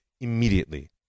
immediately